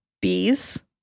bees